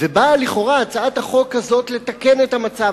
לכאורה, הצעת החוק הזאת באה לתקן את המצב.